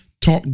talk